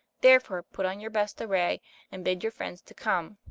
therefore, put on your best array and bid your friends to come,